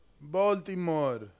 Baltimore